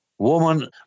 woman